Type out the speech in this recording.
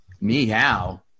Meow